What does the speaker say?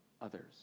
others